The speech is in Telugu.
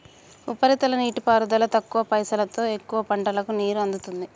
ఉపరితల నీటిపారుదల తక్కువ పైసలోతో ఎక్కువ పంటలకు నీరు అందుతుంది